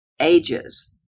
ages